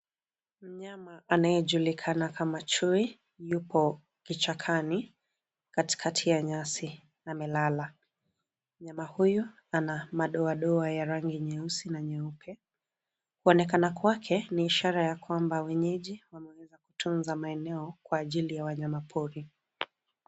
Mnyama anayejulikana kama chui yupo kichakani katikati ya nyasi na amelala. Mnyama huyu ana madoadoa ya rangi nyeusi na nyeupe. Kuonekana kwake ni ishara ya kwamba wenyeji wameweza kutunza maeneo kwa ajili ya wanyama pori.